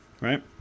right